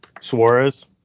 suarez